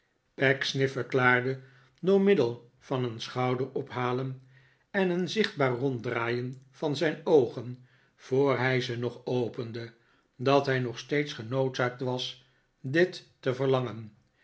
pecksniff verklaarde door middel van een schouderophalen en een zichtbaar ronddraaien van zijn oogen voor hij ze nog opende dat hij nog steeds genoodzaakt was dit te verlangen